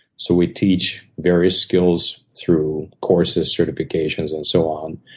so we teach various skills through courses, certifications, and so on.